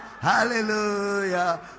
hallelujah